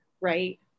Right